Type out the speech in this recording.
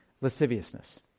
Lasciviousness